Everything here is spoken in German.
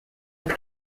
hat